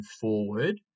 forward